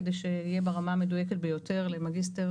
כדי שיהיה ברמה המדוייקת ביותר למגיסטר